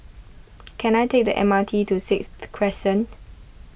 can I take the M R T to Sixth Crescent